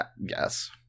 Yes